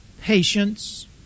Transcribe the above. patience